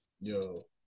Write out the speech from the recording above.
Yo